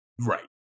Right